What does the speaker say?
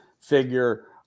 figure